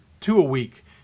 two-a-week